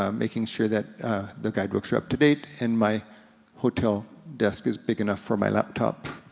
um making sure that the guidebooks are up to date, and my hotel desk is big enough for my laptop.